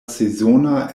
sezono